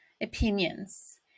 opinions